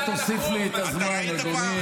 רק תוסיף לי את הזמן, אדוני.